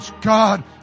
God